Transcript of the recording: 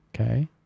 Okay